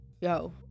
yo